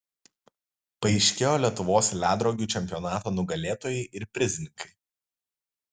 paaiškėjo lietuvos ledrogių čempionato nugalėtojai ir prizininkai